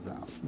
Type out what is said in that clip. out